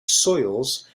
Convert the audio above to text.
soils